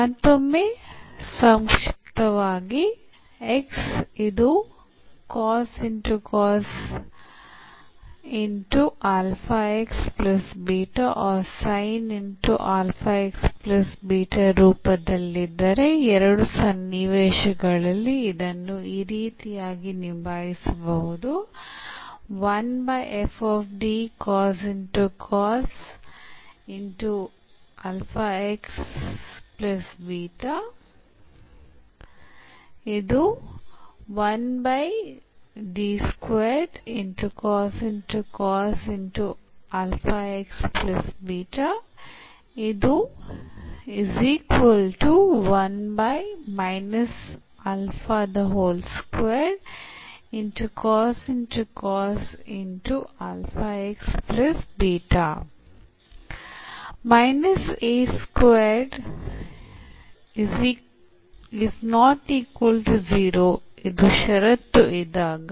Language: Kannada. ಮತ್ತೊಮ್ಮೆ ಸಂಕ್ಷಿಪ್ತವಾಗಿ X ಇದು or ರೂಪದಲ್ಲಿದ್ದರೆ ಎರಡು ಸನ್ನಿವೇಶಗಳಲ್ಲಿ ಇದನ್ನು ಈ ರೀತಿಯಾಗಿ ನಿಭಾಯಿಸಬಹುದು ಷರತ್ತು ಇದ್ದಾಗ